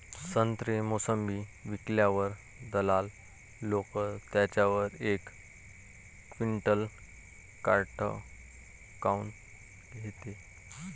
संत्रे, मोसंबी विकल्यावर दलाल लोकं त्याच्यावर एक क्विंटल काट काऊन घेते?